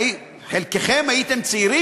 כשחלקכם הייתם צעירים,